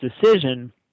decision